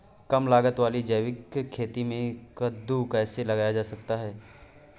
कम लागत वाली जैविक खेती में कद्दू कैसे लगाया जा सकता है?